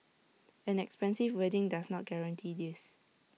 an expensive wedding does not guarantee this